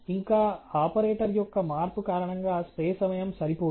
ఇంకా ఆపరేటర్ యొక్క మార్పు కారణంగా స్ప్రే సమయం సరిపోదు